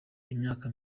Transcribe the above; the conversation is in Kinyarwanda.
imyaka